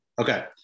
okay